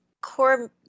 core